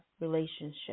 relationship